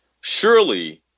surely